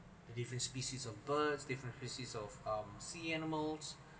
the different species of birds different species of um sea animals